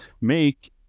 Make